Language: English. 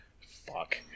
fuck